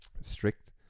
strict